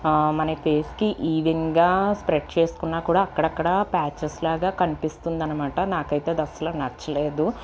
మన ఫేస్కి ఈవెన్గా స్ప్రెడ్ చేసుకున్నా కూడా అక్కడక్కడా ప్యాచెస్లాగా కనిపిస్తుందనమాట నాకైతే అది అస్సలు నచ్చలేదు